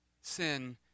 sin